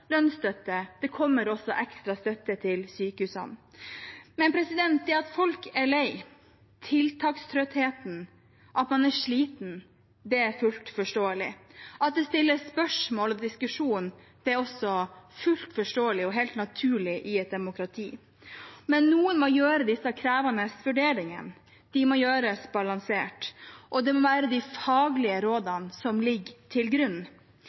lønnsstøtte. Det kommer også ekstra støtte til sykehusene. At folk er lei, at det er tiltakstrøtthet, og at en er sliten, er fullt forståelig. At det stilles spørsmål og er diskusjon, er også fullt forståelig og helt naturlig i et demokrati. Men noen må gjøre disse krevende vurderingene. De må gjøres balansert, og det må være de faglige rådene som ligger til grunn,